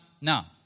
now